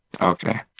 Okay